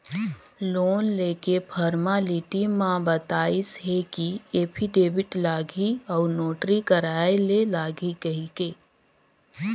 loan लेके formality म बताइस हे कि एफीडेबिड लागही अउ नोटरी कराय ले लागही कहिके